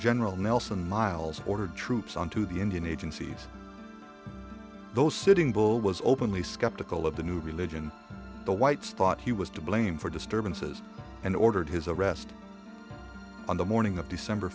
general nelson miles ordered troops on to the indian agencies those sitting bull was openly skeptical of the new religion the whites thought he was to blame for disturbances and ordered his arrest on the morning of december